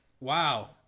wow